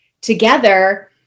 together